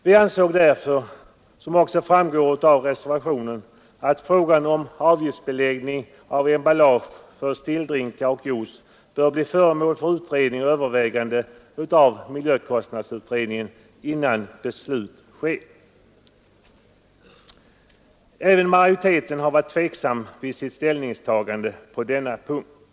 Vi ansåg därför, såsom också framgår av reservationen 2, att frågan om avgiftsbeläggning av emballage för stilldrinkar och juice bör bli föremål för utredning och övervägande av miljökostnadsutredningen innan beslut fattas. Även majoriteten har varit tveksam vid sitt ställningstagande på denna punkt.